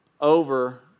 over